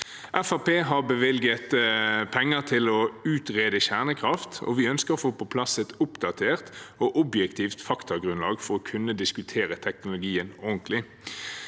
har bevilget penger til å utrede kjernekraft, og vi ønsker å få på plass et oppdatert og objektivt faktagrunnlag for å kunne diskutere teknologien ordentlig.